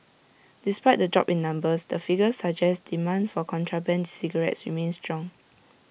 despite the drop in numbers the figures suggest demand for contraband cigarettes remains strong